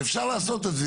אפשר לעשות את זה.